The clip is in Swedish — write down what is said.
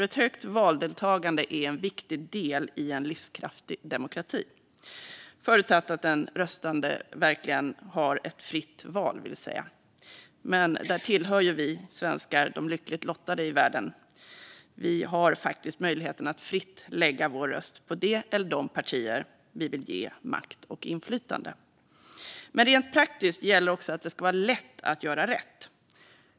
Ett högt valdeltagande är en viktig del i en livskraftig demokrati - förutsatt att de röstande verkligen har ett fritt val, vill säga. Där tillhör ju vi svenskar de lyckligt lottade i världen. Vi har faktiskt möjligheten att fritt lägga vår röst på det eller de partier som vi vill ge makt och inflytande. Rent praktiskt gäller också att det ska vara lätt att göra rätt.